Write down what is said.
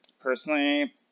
Personally